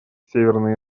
северной